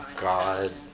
God